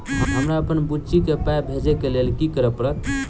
हमरा अप्पन बुची केँ पाई भेजइ केँ लेल की करऽ पड़त?